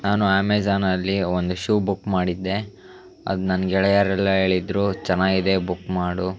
ನಾನು ಅಮೇಝಾನಲ್ಲಿ ಒಂದು ಶೂ ಬುಕ್ ಮಾಡಿದ್ದೆ ಅದು ನನ್ನ ಗೆಳೆಯರೆಲ್ಲ ಹೇಳಿದ್ರು ಚೆನ್ನಾಗಿದೆ ಬುಕ್ ಮಾಡು